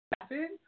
happen